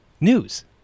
News